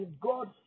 God